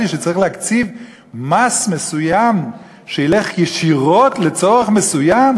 שצריך להקציב מס מסוים שילך ישירות לצורך מסוים,